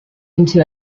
into